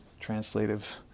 translative